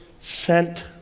sent